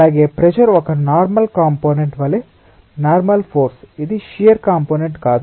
అలాగే ప్రెజర్ ఒక normal component వలె నార్మల్ ఫోర్స్ ఇది షియార్ కంపోనెంట్ కాదు